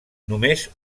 només